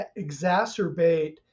exacerbate